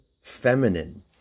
feminine